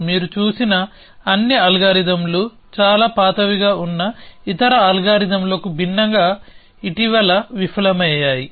మీరు చూసిన అన్ని అల్గారిథమ్లు చాలా పాతవిగా ఉన్న ఇతర అల్గారిథమ్లకు భిన్నంగా ఇటీవల విఫలమయ్యాయి